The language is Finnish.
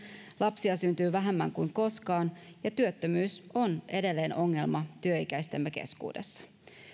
lapsia syntyy vähemmän kuin koskaan ja työttömyys on edelleen ongelma työikäistemme keskuudessa